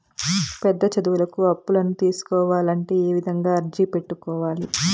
పెద్ద చదువులకు అప్పులను తీసుకోవాలంటే ఏ విధంగా అర్జీ పెట్టుకోవాలి?